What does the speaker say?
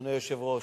אדוני היושב-ראש.